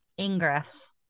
Ingress